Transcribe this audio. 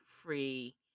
free